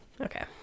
Okay